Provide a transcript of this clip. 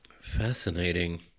Fascinating